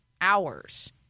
hours